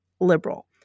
liberal